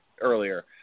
earlier